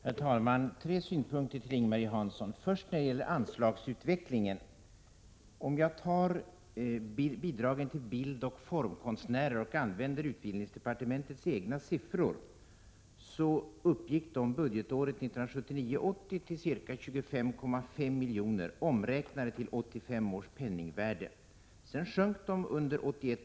Herr talman! Tre synpunkter, Ing-Marie Hansson. Först gäller det anslagsutvecklingen. Bidragen till bildoch formkonstnärer uppgick — jag använder då utbildningsdepartementets egna siffror — under budgetåret 1979 82 sjönk bidragen.